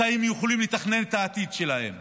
מתי הם יכולים לתכנן את העתיד שלהם,